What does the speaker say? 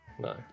no